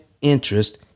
interest